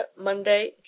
Monday